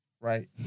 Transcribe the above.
right